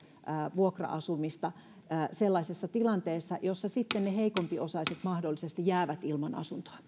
vuokra asumista sellaisessa tilanteessa jossa sitten ne heikompiosaiset mahdollisesti jäävät ilman asuntoa